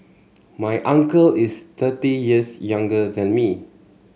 my uncle is thirty years younger than me